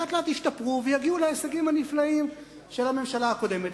לאט-לאט ישתפרו ויגיעו להישגים הנפלאים של הממשלה הקודמת.